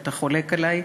שאתה חולק עלי,